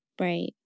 Right